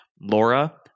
Laura